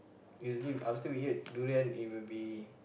usually after we ate durian it will be